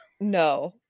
No